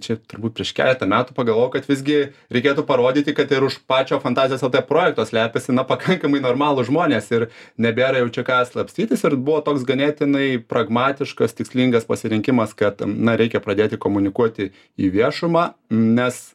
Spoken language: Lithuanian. čia turbūt prieš keletą metų pagalvojau kad visgi reikėtų parodyti kad ir už pačio fantazijos lt projekto slepiasi na pakankamai normalūs žmonės ir nebėra jau čia ką slapstytis ir buvo toks ganėtinai pragmatiškas tikslingas pasirinkimas kad na reikia pradėti komunikuoti į viešumą nes